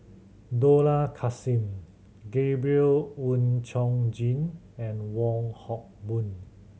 Dollah Kassim Gabriel Oon Chong Jin and Wong Hock Boon